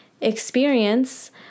experience